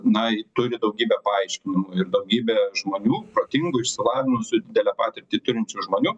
na jie turi daugybę paaiškinimų ir daugybė žmonių protingų išsilavinusių didelę patirtį turinčių žmonių